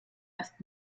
erst